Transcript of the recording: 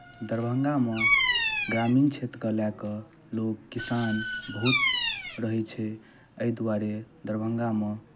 दरभंगामे ग्रामीण क्षेत्रकेँ लए कऽ लोक किसान बहुत रहै छै एहि दुआरे दरभंगामे